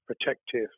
protective